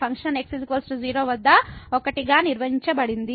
function x 0 వద్ద 1 గా నిర్వచించబడింది